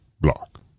block